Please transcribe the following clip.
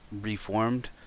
reformed